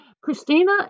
Christina